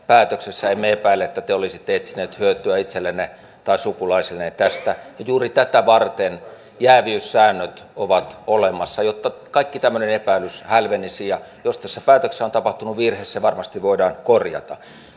päätöksessä emme epäile että te olisitte etsinyt hyötyä itsellenne tai sukulaisillenne tästä juuri tätä varten jääviyssäännöt ovat olemassa jotta kaikki tämmöinen epäilys hälvenisi ja jos tässä päätöksessä on tapahtunut virhe se varmasti voidaan korjata